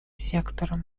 сектором